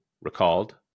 recalled